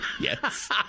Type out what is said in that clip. Yes